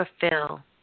fulfill